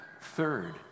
Third